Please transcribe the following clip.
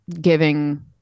giving